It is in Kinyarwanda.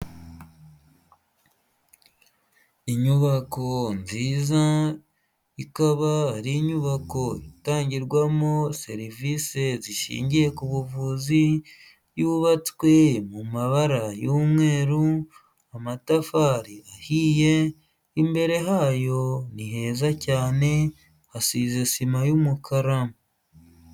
Inyubako nziza ikaba ari inyubako itangirwamo serivisi zishingiye ku buvuzi, yubatswe mu mabara y'umweru, amatafari ahiye, imbere hayo ni heza cyane hasize sima y'umukara.